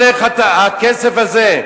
אתם יודעים למה הולך הכסף הזה?